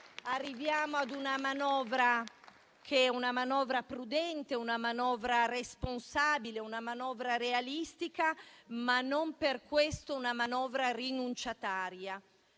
Arriviamo ad una manovra che è prudente, responsabile e realistica, ma non per questo una manovra rinunciataria.